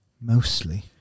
mostly